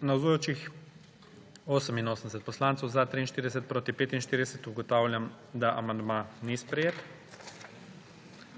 (Za je glasovalo 43.) (Proti 45.) Ugotavljam, da amandma ni sprejet.